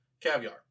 caviar